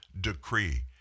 decree